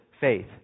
faith